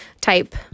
type